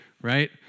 right